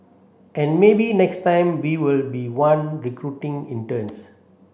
and maybe next time we will be the one recruiting interns